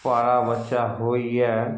पारा बच्चा होइए